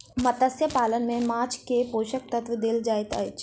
मत्स्य पालन में माँछ के पोषक तत्व देल जाइत अछि